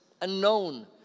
unknown